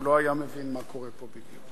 הוא לא היה מבין מה קורה פה בדיוק.